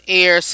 air